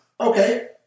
Okay